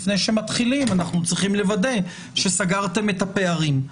לפני שמתחילים אנחנו צריכים לוודא שסגרתם את הפערים.